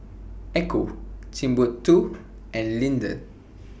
Ecco Timbuk two and Lindt